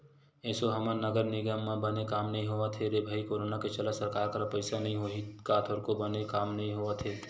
एसो हमर नगर निगम म बने काम नइ होवत हे रे भई करोनो के चलत सरकार करा पइसा नइ होही का थोरको बने काम नइ होवत हे